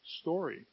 story